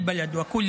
כל יישוב,